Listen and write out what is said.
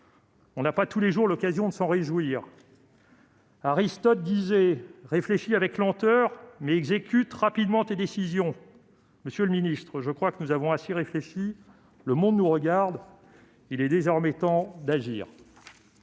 on n'a pas tous les jours l'occasion de s'en réjouir. Aristote disait :« Réfléchis avec lenteur, mais exécute rapidement tes décisions ». Monsieur le ministre, je crois que nous avons assez réfléchi : le monde nous regarde, il est temps désormais d'agir.